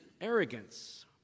arrogance